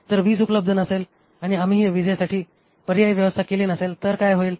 जर वीज उपलब्ध नसेल आणि आम्हीही विजेसाठी पर्यायी व्यवस्था केली नसेल तर काय होईल